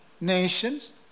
nations